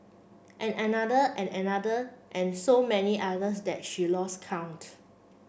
and another and another and so many others that she lost count